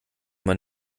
man